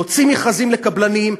להוציא מכרזים לקבלנים,